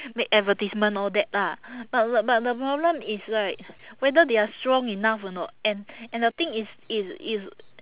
make advertisement all that lah but the but the problem is right whether they are strong enough or not and and the thing is is is